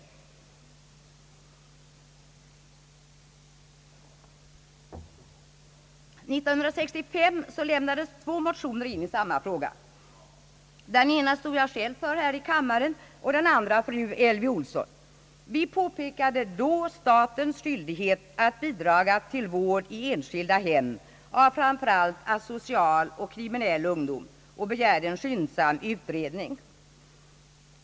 1965 inlämnades två motioner i samma fråga. Den ena stod jag själv för här i kammaren, och för den andra stod fru Elvy Olsson. Vi påpekade då statens skyldighet att bidraga till vård i enskilda hem av framför allt asocial och kriminell ungdom och begärde en skyndsam utredning.